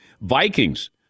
vikings